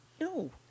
No